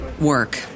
work